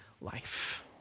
life